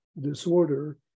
disorder